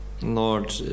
Lord